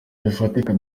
bifatika